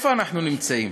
איפה אנחנו נמצאים?